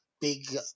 big